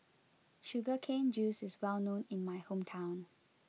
Sugar Cane Juice is well known in my hometown